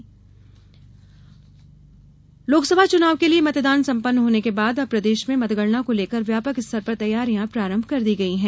मतगणना तैयारी लोकसभा चुनाव के लिए मतदान संपन्न होने के बाद अब प्रदेश में मतगणना को लेकर व्यापक स्तर पर तैयारियां प्रारंभ कर दी गई है